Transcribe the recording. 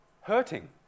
hurting